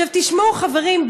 עכשיו תשמעו חברים,